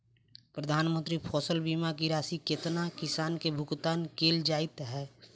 प्रधानमंत्री फसल बीमा की राशि केतना किसान केँ भुगतान केल जाइत है?